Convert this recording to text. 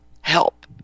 help